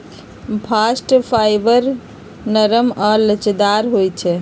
bast fibre नरम आऽ लचकदार होइ छइ